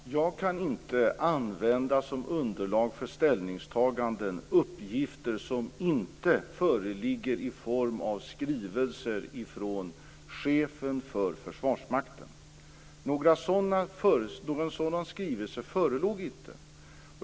Fru talman! Jag kan inte använda som underlag för ställningstaganden uppgifter som inte föreligger i form av skrivelser från chefen för Försvarsmakten. Någon sådan skrivelse förelåg inte.